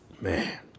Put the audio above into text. Man